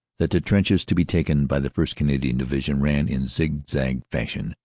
that the trenches to be taken by the first. canadian division ran, in zig-zag fashion,